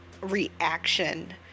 reaction